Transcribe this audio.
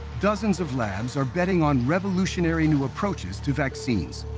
dozens of labs are betting on revolutionary new approaches to vaccines,